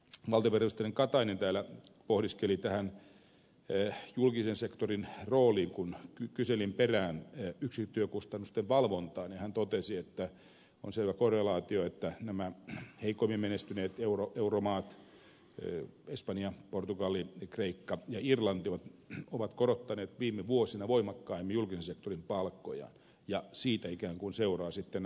valtiovarainministeri katainen täällä pohdiskeli julkisen sektorin roolia ja kun kyselin yksikkötyökustannusten valvonnan perään niin hän totesi että on selvä korrelaatio siinä että nämä heikoimmin menestyneet euromaat espanja portugali ja kreikka ja irlanti ovat korottaneet viime vuosina voimakkaimmin julkisen sektorin palkkoja ja siitä ikään kuin seuraavat sitten nämä ongelmat